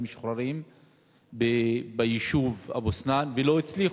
משוחררים ביישוב אבו-סנאן ולא הצליחו,